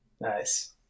Nice